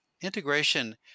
integration